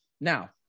Now